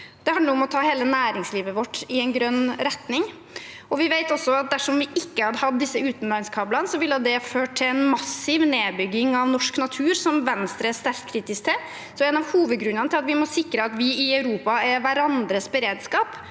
Det handler om å ta hele næringslivet vårt i en grønn retning. Vi vet også at dersom vi ikke hadde hatt disse utenlandskablene, ville det ført til en massiv nedbygging av norsk natur, noe Venstre er sterkt kritisk til. En av hovedgrunnene er at vi må sikre at vi i Europa er hverandres beredskap.